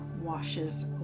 washes